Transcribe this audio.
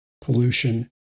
pollution